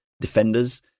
defenders